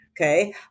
okay